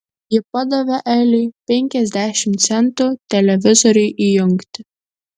ji padavė eliui penkiasdešimt centų televizoriui įjungti